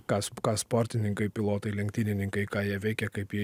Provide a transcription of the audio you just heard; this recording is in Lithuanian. kas ką sportininkai pilotai lenktynininkai ką jie veikia kaip jie